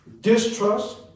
Distrust